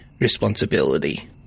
responsibility